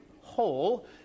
whole